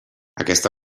aquesta